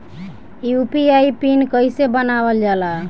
UPI PIN कइसे बनावल जाला?